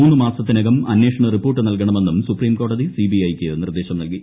മൂന്ന് മാസത്തിനകം അന്വേഷണ റിപ്പോർട്ട് നൽകണമെന്നും സുപ്രീംകോടതി സിബിഐ യ്ക്ക് നിർദ്ദേശം നൽകി